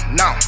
no